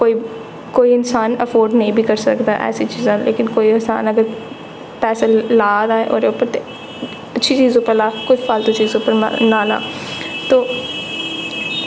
कोई कोई इन्सान ऐफोर्ड नेईं बी करी सकदा ऐ ऐसी चीजां लेकिन कोई इंसान अगर पैसे ला कुछ ओह्दे उप्पर ते अच्छी चीजें उप्पर ला कोई फालतु चीज़ उप्पर ना ला ते